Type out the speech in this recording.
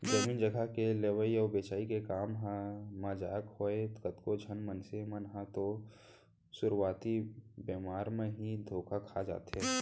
जमीन जघा के लेवई बेचई के काम ह मजाक नोहय कतको झन मनसे मन ह तो सुरुवाती बेरा म ही धोखा खा जाथे